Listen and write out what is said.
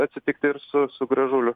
atsitikti ir su su gražuliu